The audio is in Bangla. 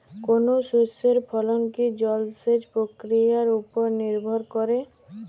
কোনো শস্যের ফলন কি জলসেচ প্রক্রিয়ার ওপর নির্ভর করে?